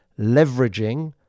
leveraging